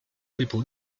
people